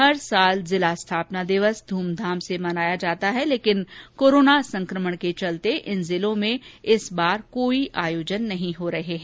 हर वर्ष जिला स्थापना दिवस बड़ी ध्मधाम से मनाया जाता था लेकिन कोरोना संकमण के चलते इन जिलों में कोई आयोजन नहीं हो रहा है